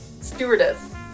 stewardess